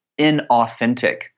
inauthentic